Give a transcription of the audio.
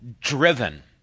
driven